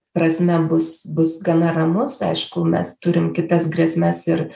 prasme bus bus gana ramus aišku mes turim kitas grėsmes ir